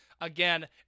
again